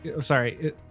sorry